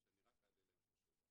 שאני רק אעלה אליהן את השאלה.